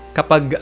Kapag